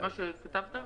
מה שכתבת?